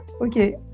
okay